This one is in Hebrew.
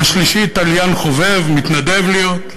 השלישי תליין חובב, מתנדב להיות,